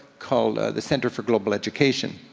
called the center for global education.